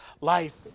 life